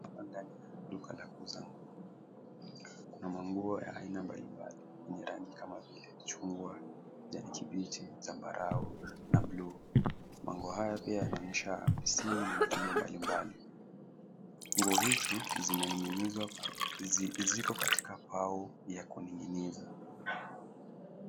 Hapa ni duka la kuuza manguo. Kuna manguo ya aina mbalimbali yenye rangi kama vile chungwa, kijani kibichi, zambarau na buluu. Manguo haya pia yanaonyesha misimu na mitindo mbalimbali. Nguo hizi ziko katika mbao ya kuning'inizwa.